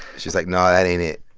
she's like, no, that ain't it.